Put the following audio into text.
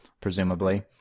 presumably